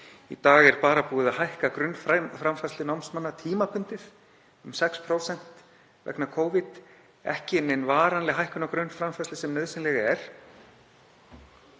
Það er bara búið að hækka grunnframfærslu námsmanna tímabundið um 6% vegna Covid, það er ekki nein varanleg hækkun á grunnframfærslu sem nauðsynleg er